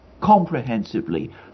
comprehensively